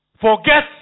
Forget